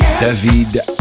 David